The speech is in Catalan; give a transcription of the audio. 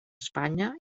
espanya